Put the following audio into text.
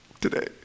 today